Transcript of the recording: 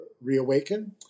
reawaken